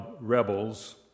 rebels